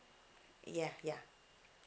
ya ya